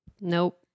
Nope